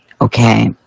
Okay